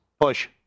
push